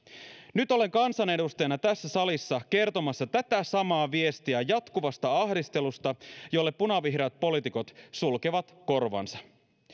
nyt olen kansanedustajana tässä salissa kertomassa tätä samaa viestiä jatkuvasta ahdistelusta jolta punavihreät poliitikot sulkevat korvansa